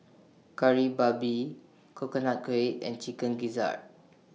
Kari Babi Coconut Kuih and Chicken Gizzard